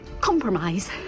compromise